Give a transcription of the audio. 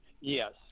yes